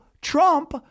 Trump